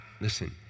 listen